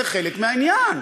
זה חלק מהעניין.